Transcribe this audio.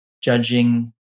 judging